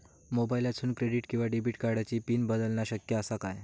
मोबाईलातसून क्रेडिट किवा डेबिट कार्डची पिन बदलना शक्य आसा काय?